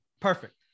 Perfect